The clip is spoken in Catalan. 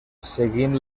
seguint